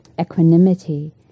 equanimity